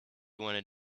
wanted